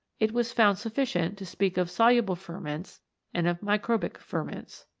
it was found sufficient to speak of soluble ferments and of microbic ferments.